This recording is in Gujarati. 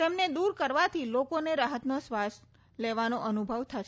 તેમને દૂર કરવાથી લોકોને રાહતનો શ્વાસ લેવાનો અનુભવ થશે